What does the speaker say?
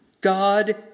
God